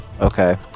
okay